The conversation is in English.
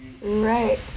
Right